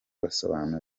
isoko